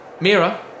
Mira